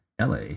LA